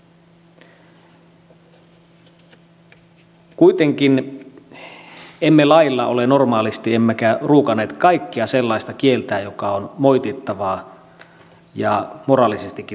kuitenkaan emme lailla ole normaalisti pruukanneet kaikkea sellaista kieltää joka on moitittavaa ja moraalisestikin tuomittavaa